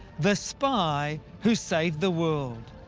the spy who saved the world.